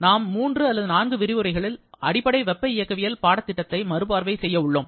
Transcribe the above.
நாம் 3 அல்லது 4 விரிவுரைகளில் அடிப்படை வெப்ப இயக்கவியல் பாடத்திட்டத்தை மறுபார்வை செய்ய உள்ளோம்